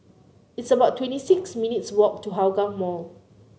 it's about twenty six minutes' walk to Hougang Mall